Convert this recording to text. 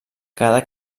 cada